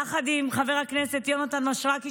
יחד עם חבר הכנסת יונתן מישרקי,